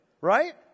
Right